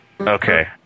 Okay